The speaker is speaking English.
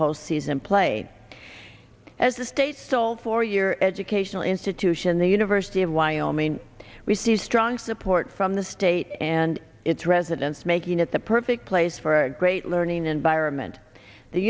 postseason play as the state sold for your educational institution the university of wyoming we see strong support from the state and its residents making it the perfect place for a great learning environment the